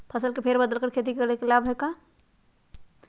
फसल के फेर बदल कर खेती के लाभ है का?